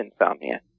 insomnia